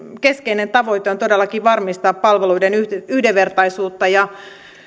keskeinen tavoite on todellakin varmistaa palveluiden yhdenvertaisuutta ja